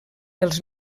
els